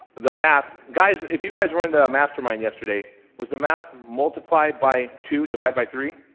the math guys, if you guys were in the mastermind yesterday, was the math multiplied by two divided by three?